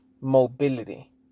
Mobility